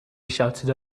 shouted